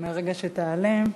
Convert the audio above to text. מרגע שתעלה.